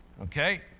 Okay